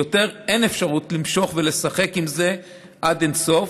קבענו שיותר אין אפשרות למשוך ולשחק עם זה עד אין-סוף.